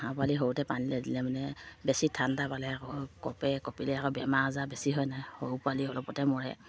হাঁহ পোৱালি সৰুতে পানীলে দিলে মানে বেছি ঠাণ্ডা পালে আকৌ কপে কপিলে আকৌ বেমাৰ আজাৰ বেছি হয় নাই সৰু পোৱালি অলপতে মৰে